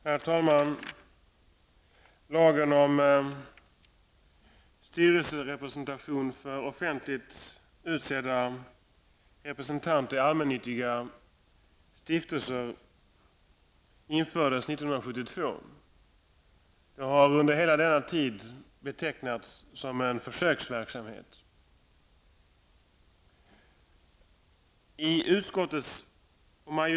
Herr talman! Lagen om styrelserepresentation för offentligt utsedda representanter i allmännyttiga stiftelser infördes 1972. Den har under hela denna tid betecknats som en försöksverksamhet.